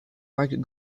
market